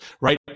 right